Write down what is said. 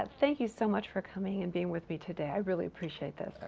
and thank you so much for coming and being with me today, i really appreciate that.